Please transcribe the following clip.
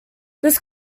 this